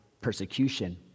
persecution